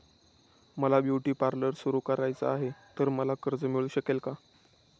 मला beauty parlour सुरू करायचे आहे तर मला कर्ज मिळू शकेल का?